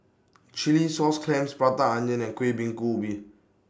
Chilli Sauce Clams Prata Onion and Kuih Bingka Ubi